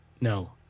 No